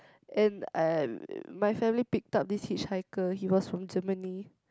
and my family picked up this hitchhiker he was from Germany